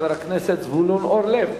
חבר הכנסת זבולון אורלב.